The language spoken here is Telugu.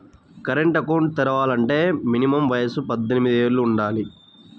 కరెంట్ అకౌంట్ తెరవాలంటే మినిమం వయసు పద్దెనిమిది యేళ్ళు వుండాలి